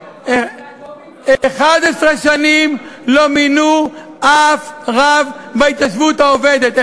11 שנים לא מינו אף רב בהתיישבות העובדת,